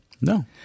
No